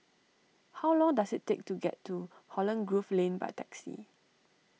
how long does it take to get to Holland Grove Lane by taxi